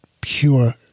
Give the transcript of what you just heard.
pure